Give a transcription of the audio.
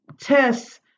tests